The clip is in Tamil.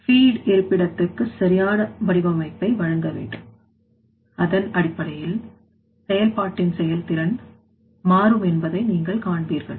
feed இருப்பிடத்திற்கு சரியான வடிவமைப்பை வழங்க வேண்டும் அதனடிப்படையில் செயல்பாட்டின் செயல்திறன் மாறும் என்பதை நீங்கள் காண்பீர்கள்